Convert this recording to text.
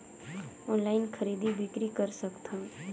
Online खरीदी बिक्री कर सकथव?